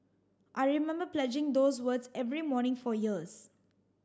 I remember pledging those words every morning for years